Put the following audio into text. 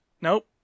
Nope